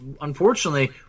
unfortunately